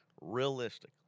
realistically